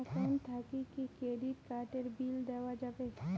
Account থাকি কি credit card এর বিল দেওয়া যাবে?